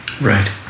right